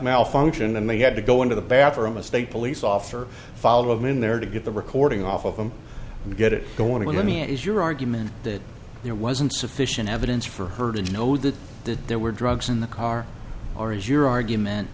malfunction and they had to go into the bathroom a state police officer follow him in there to get the recording off of him and get it going to me it is your argument that there wasn't sufficient evidence for her to know that there were drugs in the car or is your argument